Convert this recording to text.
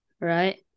right